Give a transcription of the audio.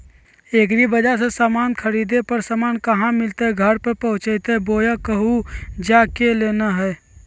एग्रीबाजार से समान खरीदे पर समान कहा मिलतैय घर पर पहुँचतई बोया कहु जा के लेना है?